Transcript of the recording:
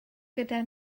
gyda